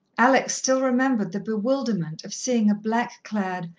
alex still remembered the bewilderment of seeing a black-clad,